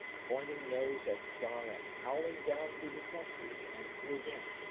pointing nose at star and howling down through the centuries and through him.